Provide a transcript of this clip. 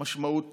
משמעות